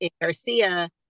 Garcia